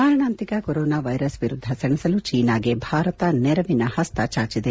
ಮಾರಣಾಂತಿಕ corona virus ವಿರುದ್ವ ಸೆಣಸಲು ಚೀನಾಗೆ ಭಾರತ ನೆರವಿನ ಹಸ್ತ ಚಾಚಿದೆ